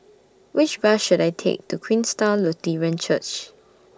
Which Bus should I Take to Queenstown Lutheran Church